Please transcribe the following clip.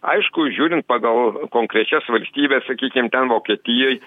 aišku žiūrint pagal konkrečias valstybes sakykim ten vokietijoj